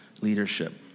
leadership